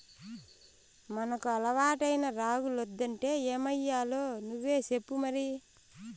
మనకు అలవాటైన రాగులొద్దంటే ఏమయ్యాలో నువ్వే సెప్పు మరి